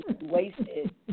wasted